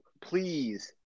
please